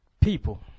people